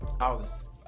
August